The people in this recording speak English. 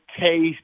taste